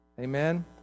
Amen